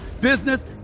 business